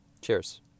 Cheers